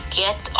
get